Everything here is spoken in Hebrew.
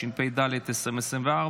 התשפ"ד 2024,